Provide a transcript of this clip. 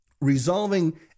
resolving